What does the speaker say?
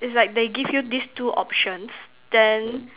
is like they give you this two options then